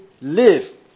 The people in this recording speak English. live